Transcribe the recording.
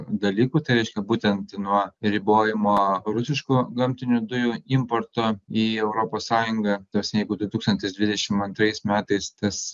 dalykų tai reiškia būtent nuo ribojimo rusiškų gamtinių dujų importo į europos sąjungą ta prasme jeigu du tūkstantis dvidešimt antrais metais tas